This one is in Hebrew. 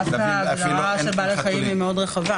דווקא ההגדרה של בעלי חיים היא מאוד רחבה